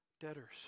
debtors